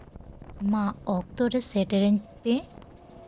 ᱢᱟ ᱚᱠᱛᱚ ᱨᱮ ᱥᱮᱴᱮᱨ ᱟᱹᱧ ᱯᱮ